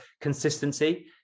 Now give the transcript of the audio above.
consistency